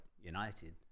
United